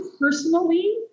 personally